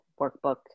workbook